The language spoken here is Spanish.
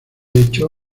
hecho